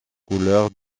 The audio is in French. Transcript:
couleur